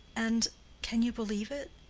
and can you believe it?